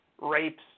rapes